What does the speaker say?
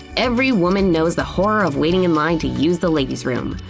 every woman knows the horror of waiting in line to use the ladies room.